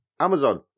Amazon